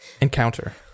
encounter